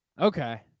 Okay